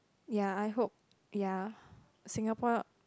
ya I hope ya Singapore